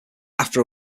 after